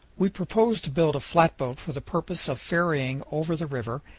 we propose to build a flatboat for the purpose of ferrying over the river,